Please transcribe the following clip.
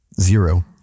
Zero